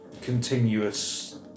continuous